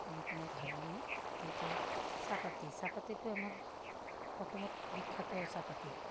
কিনিকেনে খাওঁ আমি এতিয়া চাহপাত চাহপাতটো আমাৰ অসমত বিখ্যাত চাহপাত